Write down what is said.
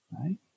Right